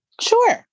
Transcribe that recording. sure